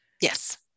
Yes